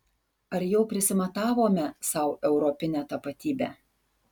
ar jau prisimatavome sau europinę tapatybę